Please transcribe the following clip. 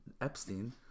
Epstein